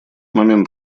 момент